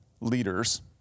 leaders